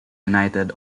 united